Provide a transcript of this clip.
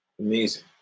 amazing